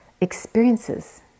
Experiences